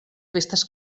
festes